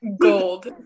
gold